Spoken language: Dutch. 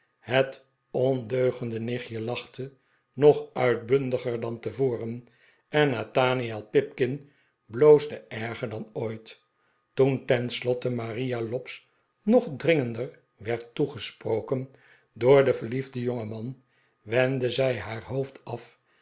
het ondeugende nichtje lachte nog uitbundiger dan tevoren en nathaniel pipkin bloosde erger dan ooit toen ten slotte maria lobbs nog dringender werd toegesproken door den verliefden jongeman w e ndde zij haar hoofd af